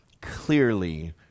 clearly